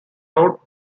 route